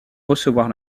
recevoir